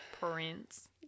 prince